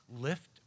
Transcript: lift